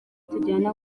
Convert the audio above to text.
tujyana